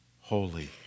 holy